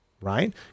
right